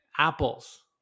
Apples